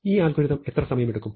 ഈ അൽഗോരിതം എത്ര സമയമെടുക്കും